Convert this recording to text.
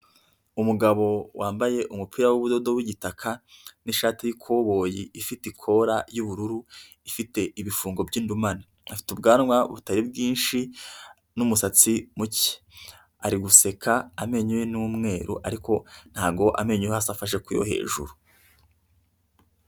Umugabo wambaye umupira w'ubudodo w'igitaka n'ishati y'ikoboyi ifite ikora y'ubururu ifite ibifungo by'indumane , afite ubwanwa butari bwinshi n'umusatsi muke. Ari guseka amenyo ye ni umweru ariko ntago amenyo yo hasi afashe ku yo hejuru.